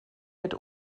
mit